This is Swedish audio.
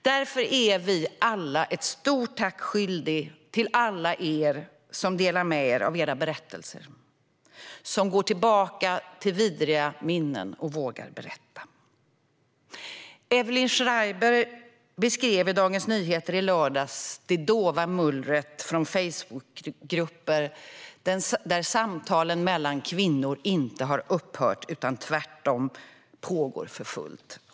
Därför är vi alla skyldiga er ett stort tack, alla ni som delar med er av era berättelser, som går tillbaka till vidriga minnen och vågar berätta. Evelyn Schreiber beskrev i Dagens Nyheter i lördags det dova mullret från Facebookgrupper där samtalen mellan kvinnor inte har upphört utan tvärtom pågår för fullt.